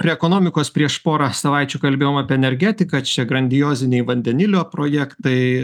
prie ekonomikos prieš porą savaičių kalbėjom apie energetiką čia grandioziniai vandenilio projektai